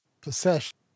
possession